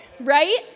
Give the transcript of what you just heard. right